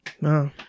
no